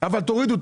אבל תורידו.